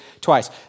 twice